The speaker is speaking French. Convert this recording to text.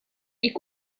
est